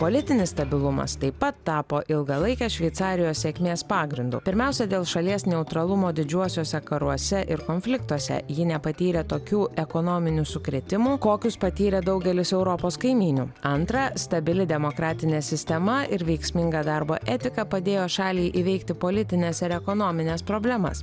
politinis stabilumas taip pat tapo ilgalaikės šveicarijos sėkmės pagrindu pirmiausia dėl šalies neutralumo didžiuosiuose karuose ir konfliktuose ji nepatyrė tokių ekonominių sukrėtimų kokius patyrė daugelis europos kaimynių antra stabili demokratinė sistema ir veiksminga darbo etika padėjo šaliai įveikti politines ir ekonomines problemas